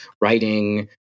writing